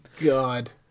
God